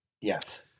Yes